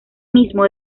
mismo